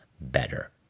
better